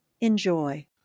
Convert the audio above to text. Enjoy